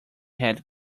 had